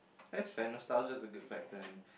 that's fair nostalgia is a good factor and